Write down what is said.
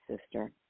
sister